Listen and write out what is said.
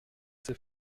ses